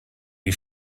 die